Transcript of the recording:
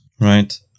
Right